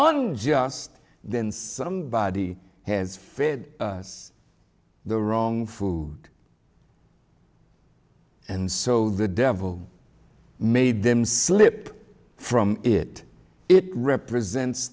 unjust then somebody has fed us the wrong food and so the devil made them slip from it it represents